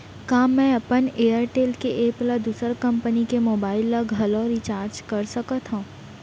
का मैं अपन एयरटेल के एप ले दूसर कंपनी के मोबाइल ला घलव रिचार्ज कर सकत हव?